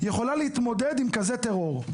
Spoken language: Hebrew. יכולה להתמודד עם כזה טרור.